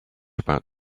about